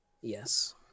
Yes